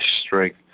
strength